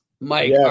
Mike